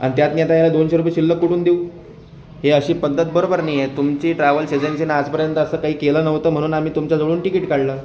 आणि त्यात मी आता दोनशे रुपये शिल्लक कुठून देऊ हे असी पद्धत बरोबर नाही आहे तुमची ट्रॅव्हल्स् एजन्सीने आजपर्यंत असं काही केलं नव्हतं म्हणून आम्ही तुमच्याजवळून तिकिट काढलं